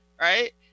right